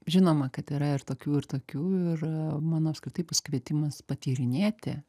žinoma kad yra ir tokių ir tokių ir mano apskritai bus kvietimas patyrinėti